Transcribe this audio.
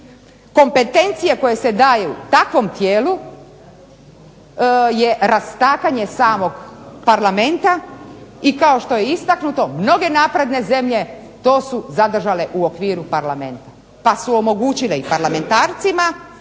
kompetencije koje se daju takvom tijelu je rastakanje samog Parlamenta, i kao što je istaknuto mnoge napredne zemlje to su zadržale u okviru Parlamenta, pa su omogućile i parlamentarcima,